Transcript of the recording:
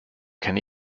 kenne